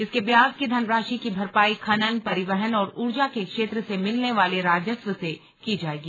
इसके ब्याज की धनराशि की भरपाई खनन परिवहन और ऊर्जा के क्षेत्र से मिलने वाले राजस्व से की जायेगी